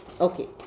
okay